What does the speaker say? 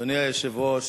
אדוני היושב-ראש,